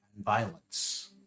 violence